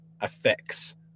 affects